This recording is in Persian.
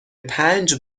پنج